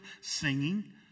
singing